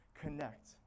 connect